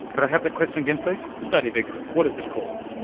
could i have that question again, please? the study of ignorance, what is it called?